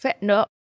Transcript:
No